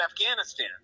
Afghanistan